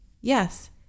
Yes